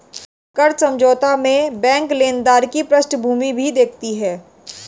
कर्ज समझौता में बैंक लेनदार की पृष्ठभूमि भी देखती है